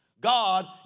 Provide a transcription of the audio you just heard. God